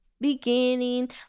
beginning